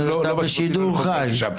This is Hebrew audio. אתה בשידור חי.